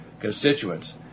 constituents